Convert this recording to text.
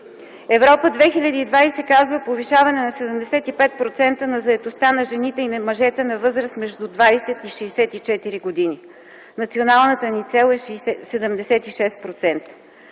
„Европа 2020” казва повишаване на 75% на заетостта на жените и на мъжете на възраст между 20 и 64 години. Националната ни цел е 76%.